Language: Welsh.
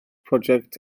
project